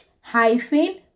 hyphen